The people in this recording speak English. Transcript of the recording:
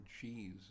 cheese